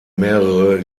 mehrere